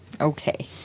Okay